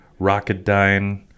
Rocketdyne